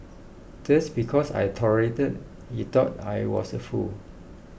just because I tolerated he thought I was a fool